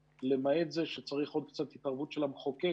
ולמעט זה שצריך עוד קצת התערבות של המחוקק,